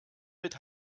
mit